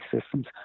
systems